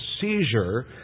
seizure